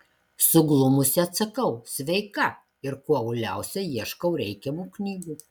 suglumusi atsakau sveika ir kuo uoliausiai ieškau reikiamų knygų